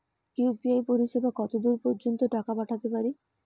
UPI পরিসেবা কতদূর পর্জন্ত টাকা পাঠাতে পারি?